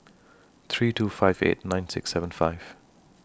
three two five eight nine six seven five